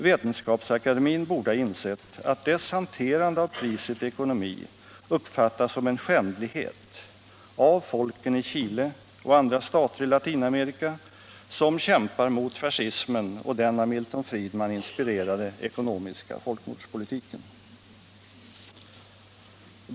Vetenskapsakademien borde ha insett att dess hanterande av priset i ekonomi uppfattas som en skändlighet av folken i Chile och andra stater i Latinamerika, som kämpar mot fascismen och den av Milton Friedman inspirerade ekonomiska folkmordspolitiken.